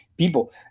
people